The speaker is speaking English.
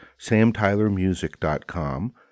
samtylermusic.com